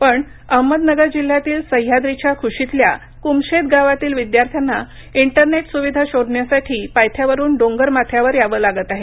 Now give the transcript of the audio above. पण अहमदनगर जिल्ह्यातील सहयाद्रीच्या कुशीतील कुमशेत गावातील विद्यार्थ्यांना इंटरनेट सुविधा शोधण्यासाठी पायथ्यावरून डोंगर माथ्यावर यावं लागत आहे